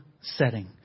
setting